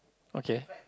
okay